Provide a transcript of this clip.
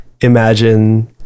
imagine